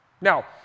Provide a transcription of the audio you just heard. Now